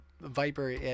Viper